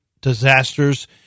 disasters